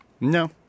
No